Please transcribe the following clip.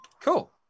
Cool